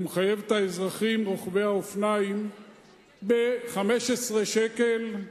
הוא מחייב את האזרחים רוכבי האופניים ב-15 שקל,